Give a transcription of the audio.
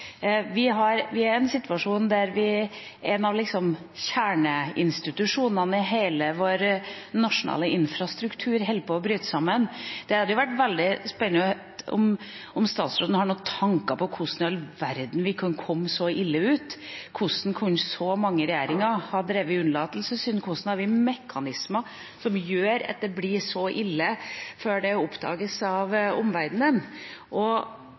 Vi har en situasjon der en av kjerneinstitusjonene i hele vår nasjonale infrastruktur holder på å bryte sammen. Det hadde vært veldig spennende å høre om statsråden har noen tanker om hvordan i all verden vi kunne komme så ille ut? Hvordan kan så mange regjeringer ha begått unnlatelsessynd? Hva slags mekanismer er det som gjør at det blir så ille før det oppdages av omverdenen?